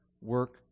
work